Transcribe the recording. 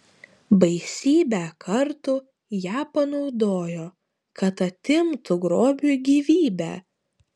baisybę kartų ją panaudojo kad atimtų grobiui gyvybę